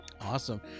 awesome